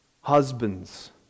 Husbands